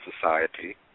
society